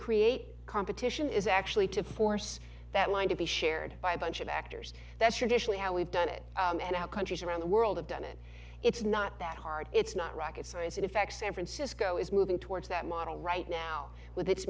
create competition is actually to force that line to be shared by a bunch of actors that's traditionally how we've done it and how countries around the world have done it it's not that hard it's not rocket science in fact san francisco is moving towards that model right now with